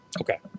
Okay